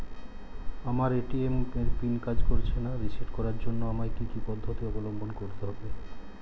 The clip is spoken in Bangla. আমার এ.টি.এম এর পিন কাজ করছে না রিসেট করার জন্য আমায় কী কী পদ্ধতি অবলম্বন করতে হবে?